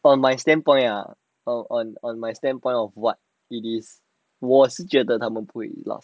on my standpoint ah on on on my standpoint of what it is 我是觉得他们不会 loss